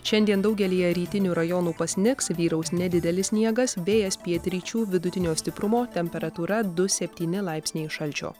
šiandien daugelyje rytinių rajonų pasnigs vyraus nedidelis sniegas vėjas pietryčių vidutinio stiprumo temperatūra du septyni laipsniai šalčio